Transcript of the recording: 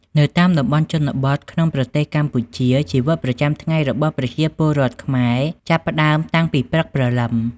នៅតាមតំបន់ជនបទក្នុងប្រទេសកម្ពុជា ជីវិតប្រចាំថ្ងៃរបស់ប្រជាពលរដ្ឋខ្មែរចាប់ផ្ដើមតាំងពីព្រឹកព្រលឹម។